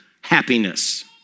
happiness